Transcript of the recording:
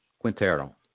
Quintero